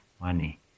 money